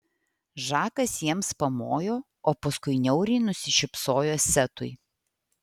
žakas jiems pamojo o paskui niauriai nusišypsojo setui